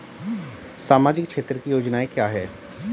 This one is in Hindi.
सामाजिक क्षेत्र की योजनाएं क्या हैं?